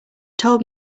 told